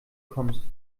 kommst